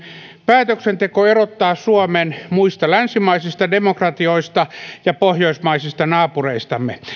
päätöksenteko erottaa suomen muista länsimaisista demokratioista ja pohjoismaisista naapureistamme